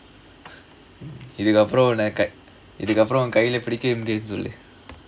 அப்டி போவோம் இதுக்கப்புறம் கைலயே பிடிக்க முடியாதுனு சொல்லு:apdi povom idhukkappuram kailaye pidika mudiyaathunu sollu